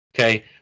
Okay